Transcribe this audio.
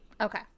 Okay